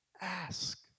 ask